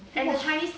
!wah!